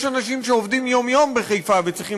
יש אנשים שעובדים יום-יום בחיפה וצריכים